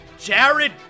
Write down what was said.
Jared